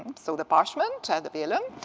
so the parchment, ah the velum,